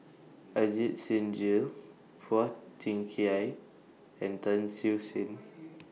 Ajit Singh Gill Phua Thin Kiay and Tan Siew Sin